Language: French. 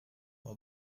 par